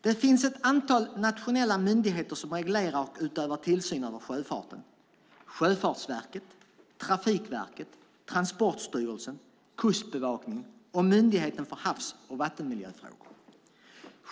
Det finns ett antal nationella myndigheter som reglerar och utövar tillsyn över sjöfarten: Sjöfartsverket, Trafikverket, Transportstyrelsen, Kustbevakningen och Myndigheten för havs och vattenmiljöfrågor.